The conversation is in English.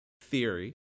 theory